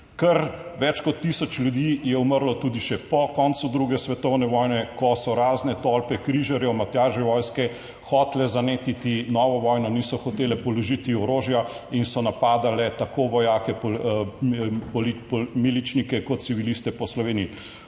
Kar več kot tisoč ljudi je umrlo tudi še po koncu druge svetovne vojne, ko so razne tolpe križarjev Matjaževe vojske hotele zanetiti novo vojno, niso hotele položiti orožja in so napadale tako vojake, miličnike kot civiliste po Sloveniji